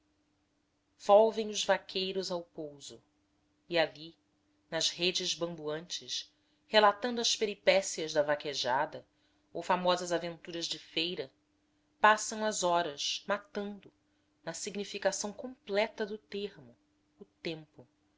volvem os vaqueiros ao pouso e ali nas redes bamboantes relatando as peripécias da vaquejada ou famosas aventuras de feira passam as horas matando na significação completa do termo o tempo